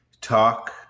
talk